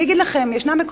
אני אגיד לכם, יש מקומות,